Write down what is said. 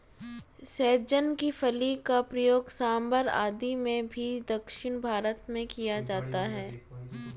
सहजन की फली का प्रयोग सांभर आदि में भी दक्षिण भारत में किया जाता है